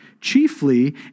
chiefly